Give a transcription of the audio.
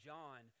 John